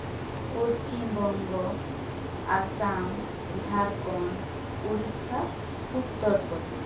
Paschim Banga Assam Jharkhand Odisha Uttar Pradesh